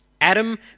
Adam